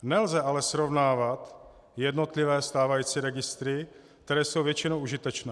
Nelze ale srovnávat jednotlivé stávající registry, které jsou většinou užitečné.